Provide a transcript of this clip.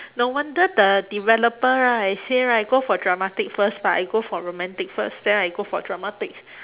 no wonder the developer right say right go for dramatic first but I go for romantic first then I go for dramatic